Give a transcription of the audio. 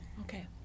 Okay